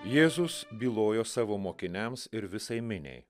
jėzus bylojo savo mokiniams ir visai miniai